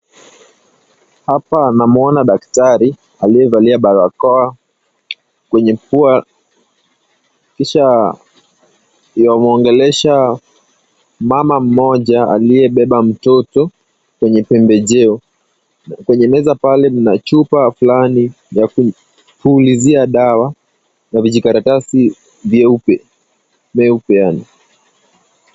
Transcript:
Hapa namwona daktari aliyevalia barakoa kwenye pua kisha ana mwongelesha mama mmoja aliyebeba mtoto kwenye pembejeo. Kwenye meza pale mna chupa fulani ya kupulizia dawa ya vijikaratasi meupe.